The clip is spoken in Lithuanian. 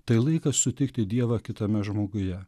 tai laikas sutikti dievą kitame žmoguje